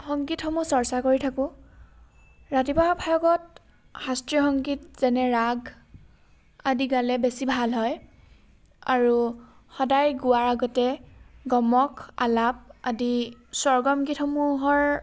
সংগীতসমহূ চৰ্চা কৰি থাকোঁ ৰাতিপুৱা ভাগত শাস্ত্ৰীয় সংগীত যেনে ৰাগ আদি গালে বেছি ভাল হয় আৰু সদায় গোৱাৰ আগতে গমক আলাপ আদি স্বৰ্গম গীতসমূহৰ